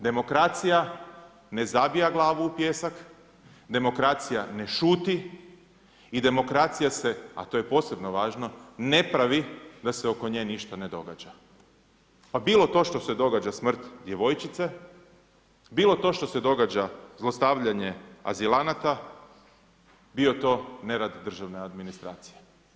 Demokracija ne zabija glavu u pijesak, demokracija ne šuti i demokracija se, a to je posebno važno, ne pravi da se oko nje ništa ne događa pa bilo to što se događa smrt djevojčice, bilo to što se događa zlostavljanje azilanata, bio to nerad državne administracije.